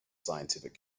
scientific